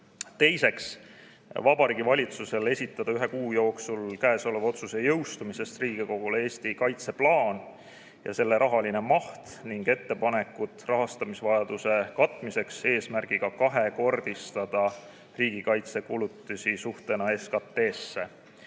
Teiseks, Vabariigi Valitsusel esitada ühe kuu jooksul käesoleva otsuse jõustumisest Riigikogule Eesti kaitseplaan ja selle rahaline maht ning ettepanekud rahastamisvajaduse katmiseks eesmärgiga kahekordistada riigikaitsekulutusi suhtena SKT-sse.